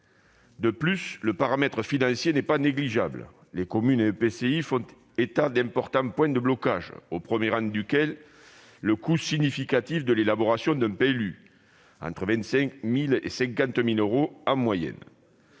De plus, le paramètre financier n'est pas négligeable : les communes et EPCI font état d'importants points de blocage, au premier rang desquels le coût significatif de l'élaboration d'un PLU, entre 25 000 et 50 000 euros en moyenne.